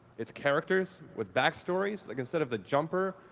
it's characters with backstories. like instead of the jumper,